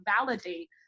validate